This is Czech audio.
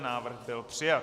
Návrh byl přijat.